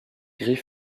gris